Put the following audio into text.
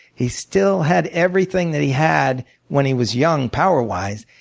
he still had everything that he had when he was young power wise,